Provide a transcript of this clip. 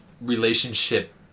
relationship-